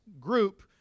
group